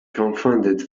confounded